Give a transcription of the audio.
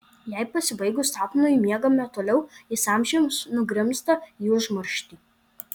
jei pasibaigus sapnui miegame toliau jis amžiams nugrimzta į užmarštį